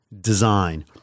design